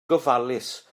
gofalus